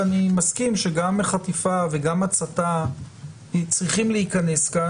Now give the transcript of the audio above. ואני מסכים שגם החטיפה וגם ההצתה צריכות להיכנס כאן.